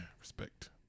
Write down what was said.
respect